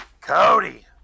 Cody